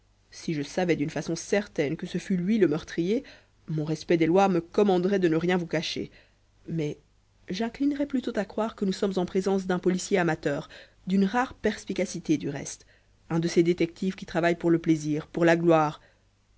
si je savais d'une façon certaine que ce fût lui le meurtrier mon respect des lois me commanderait de ne rien vous cacher mais j'inclinerais plutôt à croire que nous sommes en présence d'un policier amateur d'une rare perspicacité du reste un de ces détectives qui travaillent pour le plaisir pour la gloire